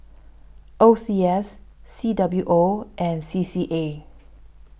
O C S C W O and C C A